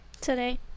today